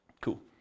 Cool